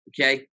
okay